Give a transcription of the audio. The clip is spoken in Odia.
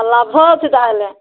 ଲାଭ ଅଛି ତା'ହେଲେ